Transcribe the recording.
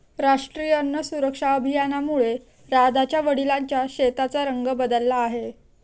राष्ट्रीय अन्न सुरक्षा अभियानामुळे राधाच्या वडिलांच्या शेताचा रंग बदलला आहे